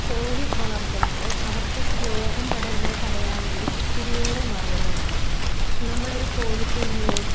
കോഴി വളർത്തുമ്പോൾ അവർക്ക് രോഗം പടരുന്നത് തടയാൻ വേണ്ടി ഒത്തിരിയേറെ മാർഗ്ഗങ്ങളുണ്ട് നമ്മളൊരു കോഴിക്കുഞ്ഞിനെ